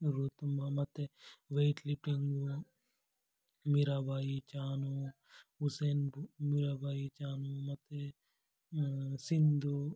ಇವರು ತುಂಬ ಮತ್ತು ವೇಟ್ ಲಿಫ್ಟಿಂಗು ಮೀರಾ ಬಾಯಿ ಚಾನು ಹುಸೇನ್ ಮೀರಾ ಬಾಯಿ ಚಾನು ಮತ್ತು ಸಿಂಧು